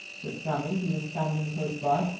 said sammy, who was standing close by.